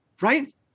right